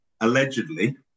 allegedly